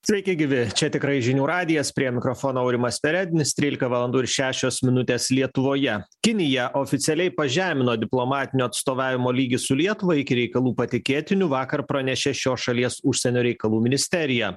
sveiki gyvi čia tikrai žinių radijas prie mikrofono aurimas perednis trylika valandų ir šešios minutės lietuvoje kinija oficialiai pažemino diplomatinio atstovavimo lygį su lietuva iki reikalų patikėtinių vakar pranešė šios šalies užsienio reikalų ministerija